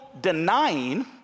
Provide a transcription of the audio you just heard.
denying